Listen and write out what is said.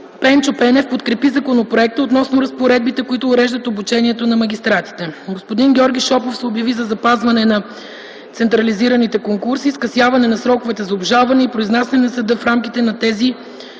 Пенчо Пенев подкрепи законопроекта относно разпоредбите, които уреждат обучението на магистратите. Господин Георги Шопов се обяви за запазване на централизираните конкурси и скъсяване на сроковете за обжалване и произнасяне на съда в рамките на тези